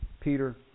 Peter